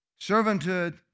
servanthood